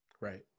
Right